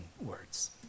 words